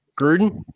Gruden